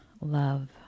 love